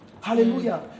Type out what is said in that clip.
Hallelujah